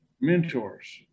mentors